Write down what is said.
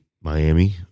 Miami